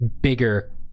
bigger